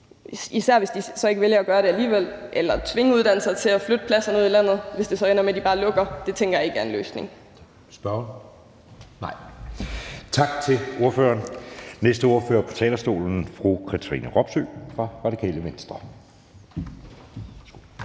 især hvis de så vælger ikke at gøre det alligevel, eller tvinge uddannelser til at flytte pladserne ud i landet, hvis det så ender med, at de bare lukker. Kl. 15:21 Anden næstformand (Jeppe Søe): Tak til ordføreren. Næste ordfører på talerstolen er fru Katrine Robsøe fra Radikale Venstre.